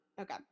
Okay